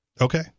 Okay